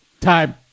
Time